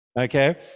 Okay